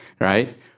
right